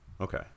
okay